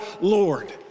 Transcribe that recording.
Lord